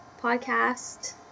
Podcast